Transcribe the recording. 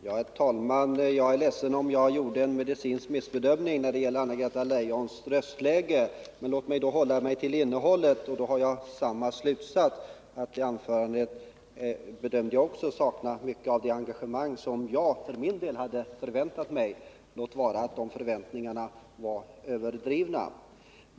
Herr talman! Jag är ledsen om jag gjorde en medicinsk missbedömning av Anna-Greta Leijons röstläge. Låt mig då hålla mig till innehållet i hennes anförande. Där drar jag samma slutsats som tidigare. Hennes anförande saknade mycket av det engagemang som jag för min del hade förväntat mig— låt vara att de förväntningarna var överdrivna.